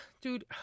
dude